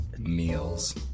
meals